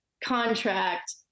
contract